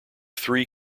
three